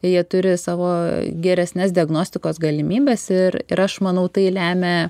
jie turi savo geresnes diagnostikos galimybes ir ir aš manau tai lemia